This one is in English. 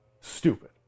stupid